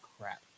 crap